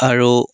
আৰু